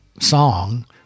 song